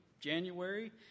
January